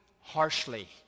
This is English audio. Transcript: harshly